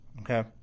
okay